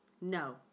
No